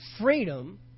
freedom